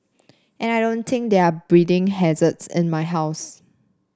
and I don't think there are breeding hazards in my house